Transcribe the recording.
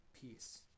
peace